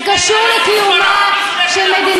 זה קשור לקיומה של,